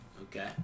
Okay